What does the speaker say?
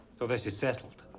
till this is settled.